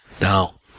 Now